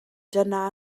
dyna